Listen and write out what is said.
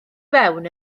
fewn